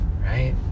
right